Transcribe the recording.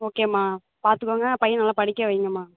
okay அம்மா பார்த்துக்கோங்க பையனை நல்லா படிக்க வைங்க அம்மா